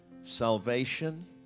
salvation